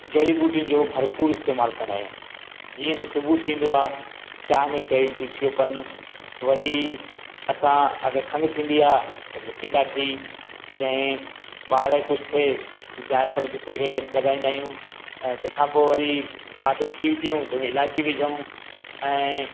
जड़ी बूटियुनि जो भरपूरु इस्तेमालु कंदा आहियूं जीअं त सुबुहु थींदो आहे चांहि में पहिरीं तुलिसी जो पन वरी असां अगरि खंघु थींदी आहे त मिठी काठी ऐं ॿार खे कुझु थिए त जायफल पिसे करे लॻाईंदा आहियूं ऐं तंहिं खां पोइ वरी राति जो खीर पियूं त इलायची विझूं ऐं